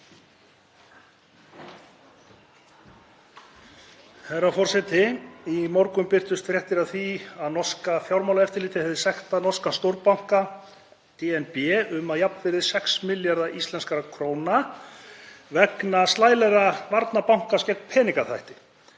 Herra forseti. Í morgun birtust fréttir af því að norska fjármálaeftirlitið hefði sektað norska stórbankann DNB um að jafnvirði 6 milljarða íslenskra króna vegna slælegra varna bankans gegn peningaþvætti.